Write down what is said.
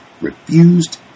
refused